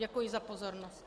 Děkuji za pozornost.